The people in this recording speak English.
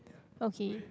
okay